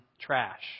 trash